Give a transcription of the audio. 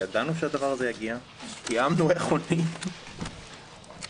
זה נכון שבתי החולים שעברו את הפעילות מעל 100%,